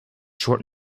short